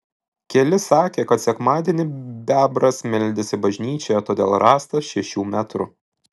keli sakė kad sekmadienį bebras meldėsi bažnyčioje todėl rąstas šešių metrų